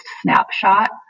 snapshot